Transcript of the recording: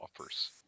offers